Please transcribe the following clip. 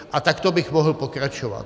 A takto bych mohl pokračovat.